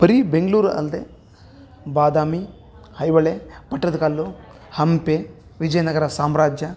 ಬರೀ ಬೆಂಗ್ಳೂರು ಅಲ್ದೇ ಬಾದಾಮಿ ಐಹೊಳೆ ಪಟ್ಟದಕಲ್ಲು ಹಂಪೆ ವಿಜಯನಗರ ಸಾಮ್ರಾಜ್ಯ